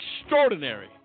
extraordinary